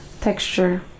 texture